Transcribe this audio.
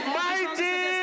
mighty